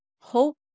hope